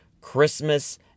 Christmas